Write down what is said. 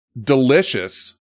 delicious